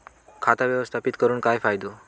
खाता व्यवस्थापित करून काय फायदो?